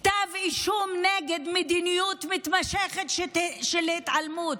כתב אישום נגד מדיניות מתמשכת של התעלמות.